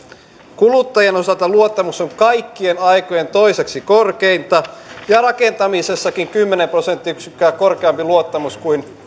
kuluttajien osalta luottamus on kaikkien aikojen toiseksi korkeinta ja rakentamisessakin kymmenen prosenttiyksikköä korkeampi luottamus kuin